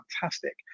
fantastic